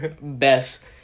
Best